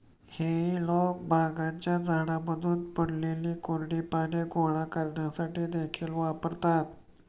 हेई लोक बागांच्या झाडांमधून पडलेली कोरडी पाने गोळा करण्यासाठी देखील वापरतात